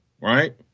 right